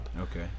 Okay